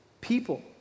people